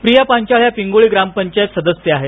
प्रिया पांचाळ या पिंगुळी ग्राम पंचायत सदस्य आहेत